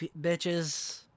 bitches